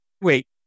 wait